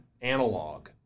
analog